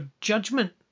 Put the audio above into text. judgment